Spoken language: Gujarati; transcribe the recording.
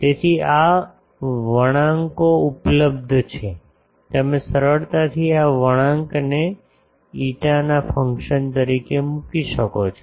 તેથી આ વણાંકો ઉપલબ્ધ છે તમે સરળતાથી આ વળાંકને φ ના ફંકશન તરીકે મૂકી શકો છો